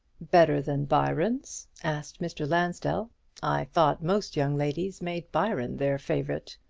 better than byron's? asked mr. lansdell i thought most young ladies made byron their favourite.